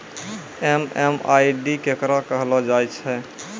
MMID केकरा कहलो जाय छै